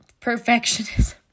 perfectionism